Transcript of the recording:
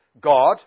God